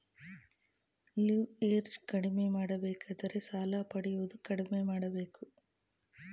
leverage ಕಡಿಮೆ ಮಾಡಬೇಕಾದರೆ ಸಾಲ ಪಡೆಯುವುದು ಕಡಿಮೆ ಮಾಡಬೇಕು